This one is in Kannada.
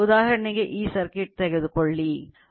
ಉದಾಹರಣೆಗೆ ಈ ಸರ್ಕ್ಯೂಟ್ ತೆಗೆದುಕೊಳ್ಳಿರಿ